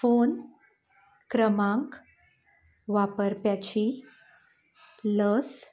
phone क्रमांक वापरप्याची लस